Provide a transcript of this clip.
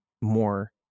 more